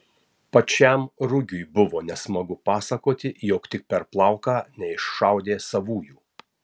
pačiam rugiui buvo nesmagu pasakoti jog tik per plauką neiššaudė savųjų